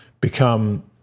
become